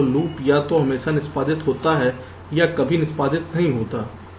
तो लूप या तो हमेशा निष्पादित होता है या कभी निष्पादित नहीं होता है